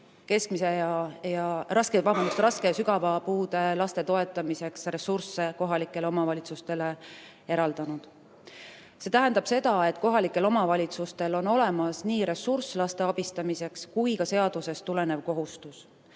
7–8 miljonit eurot raske ja sügava puudega laste toetamiseks ressursse kohalikele omavalitsustele eraldanud. See tähendab seda, et kohalikel omavalitsustel on olemas nii ressurss laste abistamiseks kui ka seadusest tulenev kohustus